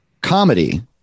comedy